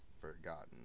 forgotten